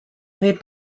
played